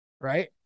right